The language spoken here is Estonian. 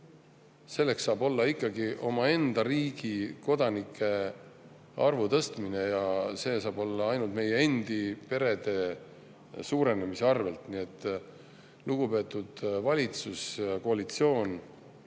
Selleks saab olla ikkagi omaenda riigi kodanike arvu tõstmine, mis saab toimuda ainult meie endi perede suurenemise teel. Lugupeetud valitsuskoalitsioon,